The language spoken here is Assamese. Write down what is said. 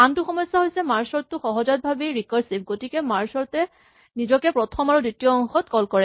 আনটো সমস্যা হৈছে মাৰ্জ চৰ্ট টো সহজাতভাৱেই ৰিকাৰছিভ গতিকে মাৰ্জ চৰ্ট এ নিজকে প্ৰথম আৰু দ্বিতীয় অংশত কল কৰে